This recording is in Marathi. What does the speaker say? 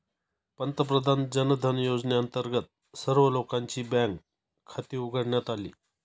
पंतप्रधान जनधन योजनेअंतर्गत सर्व लोकांची बँक खाती उघडण्यात आली